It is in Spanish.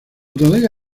todavía